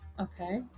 okay